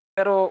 Pero